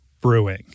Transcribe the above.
Brewing